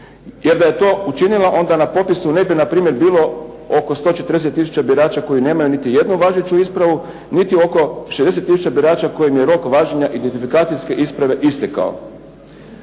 Jer da je to učinila onda na popisu ne bi na primjer bilo oko 140 tisuća birača koji nemaju niti jednu važeću ispravu, niti oko 60 tisuća birača kojim je rok važenja identifikacijske isprave istekao.